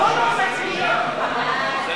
26) (ייצוג הולם לנשים בוועדה לבחירת דיינים),